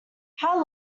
how